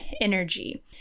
energy